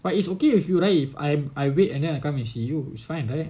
but it's okay with you right if I wait and then I come and see you it's fine right